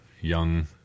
young